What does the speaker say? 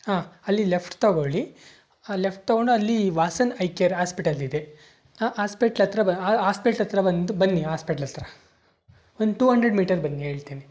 ಹಾಂ ಅಲ್ಲಿ ಲೆಫ್ಟ್ ತೊಗೊಳ್ಳಿ ಹಾಂ ಲೆಫ್ಟ್ ತೊಗೊಂಡು ಅಲ್ಲಿ ವಾಸನ್ ಐ ಕೇರ್ ಆಸ್ಪಿಟಲ್ ಇದೆ ಆ ಆಸ್ಪೆಟ್ಲ್ ಹತ್ರ ಆ ಆಸ್ಪೆಟ್ಲ್ ಹತ್ರ ಬಂದು ಬನ್ನಿ ಆಸ್ಪೆಟ್ಲ್ ಹತ್ರ ಒಂದು ಟು ಅಂಡ್ರೆಡ್ ಮೀಟರ್ ಬನ್ನಿ ಹೇಳ್ತೀನಿ